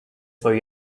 for